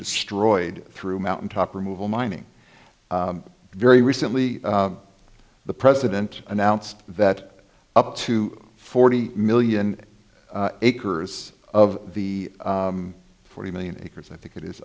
destroyed through mountaintop removal mining very recently the president announced that up to forty million acres of the forty million acres i think it is